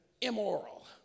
immoral